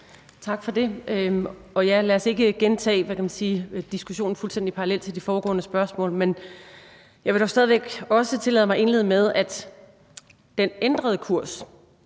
Tak for det, og ja, lad os ikke gentage, hvad kan man sige, diskussionen fuldstændig parallelt med den under de foregående spørgsmål. Men jeg vil dog stadig væk også tillade mig at indlede med at sige, at den ændrede kurs